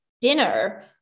dinner